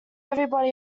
everybody